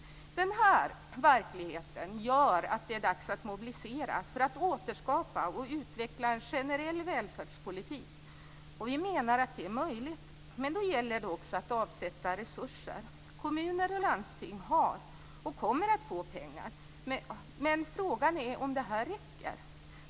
Denna verklighet gör att det är dags att mobilisera för att återskapa och utveckla en generell välfärdspolitik. Vi menar att det är möjligt. Men då gäller det också att avsätta resurser. Kommuner och landsting har, och kommer att få, pengar. Frågan är om det räcker.